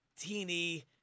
teeny